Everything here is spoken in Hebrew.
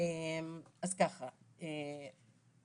אחרי